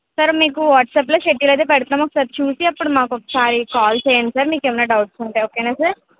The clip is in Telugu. సార్ మీకు వాట్సాప్లో షెడ్యూల్ అయితే పెడతాం ఒకసారి చూసి అప్పుడు మాకు ఒకసారి కాల్ చేయండి సార్ మీకు ఏమైనా డౌట్స్ ఉంటే ఓకే సార్